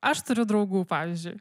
aš turiu draugų pavyzdžiui